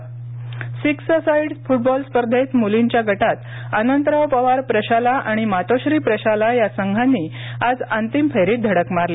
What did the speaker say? क्रीडावृत्त six a side football स्पर्धेंत मुलींच्या गटात अनंतराव पवार प्रशाला आणि मातोश्री प्रशाला या संघांनी आज अंतिम फेरीत धडक मारली